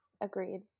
Agreed